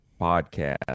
podcast